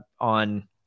on